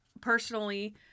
personally